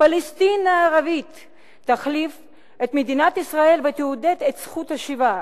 פלסטין הערבית תחליף את מדינת ישראל ותעודד את זכות השיבה,